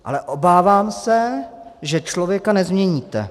Ale obávám se, že člověka nezměníte.